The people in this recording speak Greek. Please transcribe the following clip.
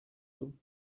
του